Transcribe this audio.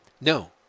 No